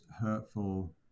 hurtful